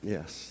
Yes